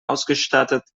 ausgestattet